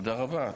תודה רבה.